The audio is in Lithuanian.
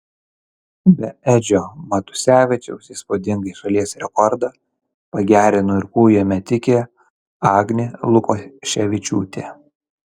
be edžio matusevičiaus įspūdingai šalies rekordą pagerino ir kūjo metikė agnė lukoševičiūtė